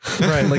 right